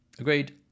Agreed